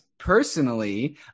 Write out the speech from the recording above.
personally